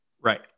Right